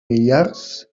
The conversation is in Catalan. millars